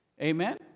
Amen